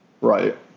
right